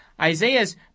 Isaiah's